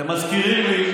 אתם מזכירים לי.